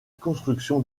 construction